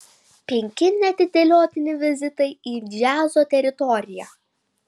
penki neatidėliotini vizitai į džiazo teritoriją